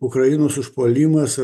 ukrainos užpuolimas arba sūrinių